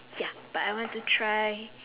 ya but I want to try